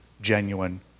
genuine